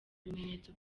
ibimenyetso